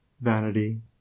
vanity